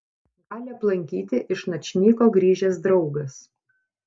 gali aplankyti iš načnyko grįžęs draugas